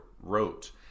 wrote